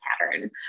pattern